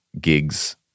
gigs